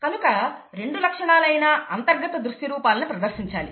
కనుక రెండు లక్షణాలైనా అంతర్గత దృశ్య రూపాలను ప్రదర్శించాలి